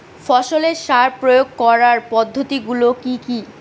ফসলের সার প্রয়োগ করার পদ্ধতি গুলো কি কি?